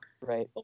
Right